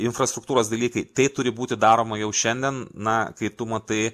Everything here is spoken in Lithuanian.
infrastruktūros dalykai tai turi būti daroma jau šiandien na kai tu matai